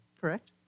Correct